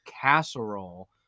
casserole